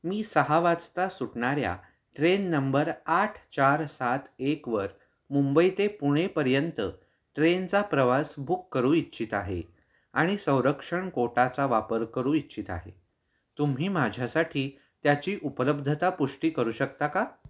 मी सहा वाजता सुटणाऱ्या ट्रेन नंबर आठ चार सात एकवर मुंबई ते पुणेपर्यंत ट्रेनचा प्रवास बुक करू इच्छित आहे आणि संरक्षण कोटाचा वापर करू इच्छित आहे तुम्ही माझ्यासाठी त्याची उपलब्धता पुष्टी करू शकता का